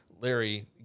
Larry